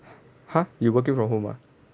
!huh! you working from home ah